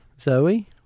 Zoe